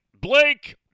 Blake